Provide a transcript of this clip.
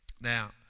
Now